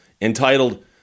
entitled